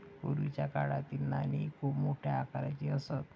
पूर्वीच्या काळातील नाणी खूप मोठ्या आकाराची असत